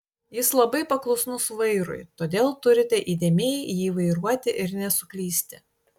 jis labai paklusnus vairui todėl turite įdėmiai jį vairuoti ir nesuklysti